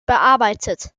bearbeitet